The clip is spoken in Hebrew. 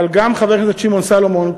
אבל גם לחבר הכנסת שמעון סולומון,